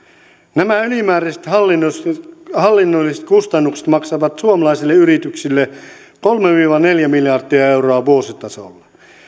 nämä ylimääräiset hallinnolliset hallinnolliset kustannukset maksavat suomalaisille yrityksille kolme viiva neljä miljardia euroa vuositasolla